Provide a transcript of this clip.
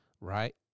Right